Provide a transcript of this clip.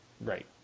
Right